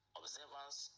observance